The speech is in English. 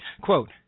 Quote